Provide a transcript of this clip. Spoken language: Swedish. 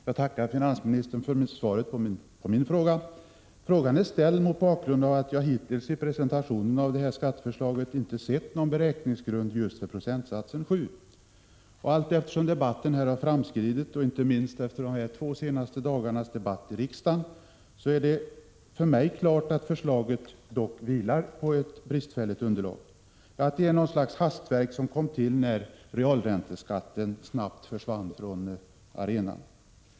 Fru talman! Jag tackar finansministern för svaret på min fråga. Frågan är ställd mot bakgrund av att jag hittills i presentationen av skatteförslaget inte sett någon beräkningsgrund för just procentsatsen 7 90. Allteftersom debatten framskridit — inte minst efter de två senaste dagarnas debatt här i riksdagen — står det klart för mig att förslaget vilar på ett bristfälligt underlag, att det är något slags hastverk som kom till när realränteskatten snabbt försvann från arenan.